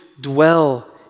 dwell